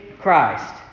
Christ